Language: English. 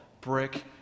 brick